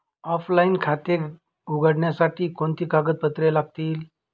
Offline खाते उघडण्यासाठी कोणती कागदपत्रे लागतील?